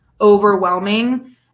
overwhelming